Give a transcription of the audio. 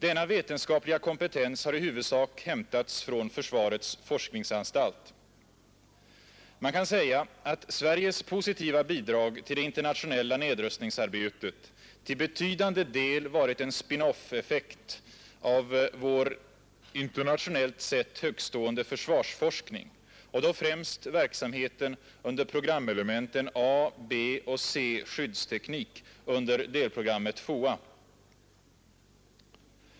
Denna vetenskapliga kompetens har i huvudsak hämtats från försvarets forskningsanstalt. Man kan säga att Sveriges positiva bidrag till det internationella nedrustningsarbetet till betydande del varit en spin-off-effekt av vår internationellt sett högtstående försvarsforskning och då främst verksamheten under programelementen A-, B och C-skyddsteknik under delprogrammet FOA.